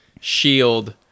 shield